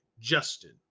Justin